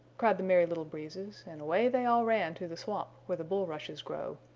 cried the merry little breezes, and away they all ran to the swamp where the bulrushes grow.